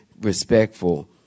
respectful